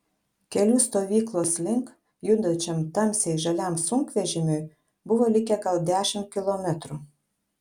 keliu stovyklos link judančiam tamsiai žaliam sunkvežimiui buvo likę gal dešimt kilometrų